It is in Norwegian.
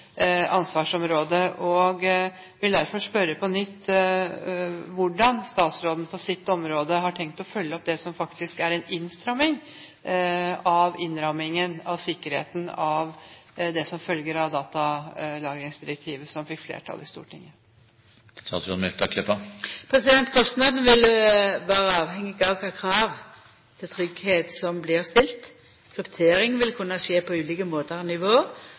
vil derfor spørre på nytt hvordan statsråden på sitt område har tenkt å følge opp det som faktisk er en innstramming av innrammingen av sikkerheten, av det som følger av datalagringsdirektivet, som fikk flertall i Stortinget. Kostnadene vil vera avhengige av kva for krav til tryggleik som blir stilte. Kryptering vil kunna skje på ulike måtar og nivå,